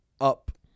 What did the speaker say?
up